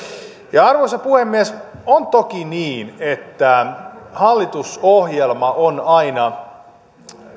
arvoisa puhemies on toki niin että hallitusohjelma on aina